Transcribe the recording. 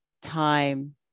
time